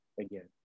again